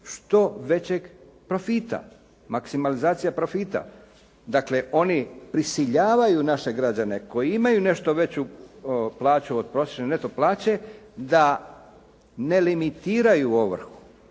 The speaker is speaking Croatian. što većeg profita, maksimalizacija profita. Dakle, oni prisiljavaju naše građane koji imaju nešto veću plaću od prosječne neto plaće, da ne limitiraju ovrhu.